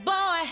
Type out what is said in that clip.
Boy